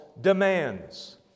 demands